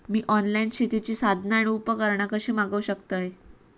मी online शेतीची साधना आणि उपकरणा कशी मागव शकतय?